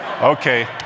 Okay